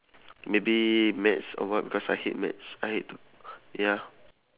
maybe maths or what because I hate maths I hate to ya